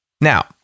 Now